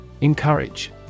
Encourage